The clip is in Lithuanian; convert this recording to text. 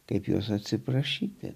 kaip jos atsiprašyti